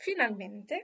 finalmente